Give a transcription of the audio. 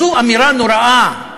זו אמירה נוראה.